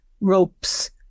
ropes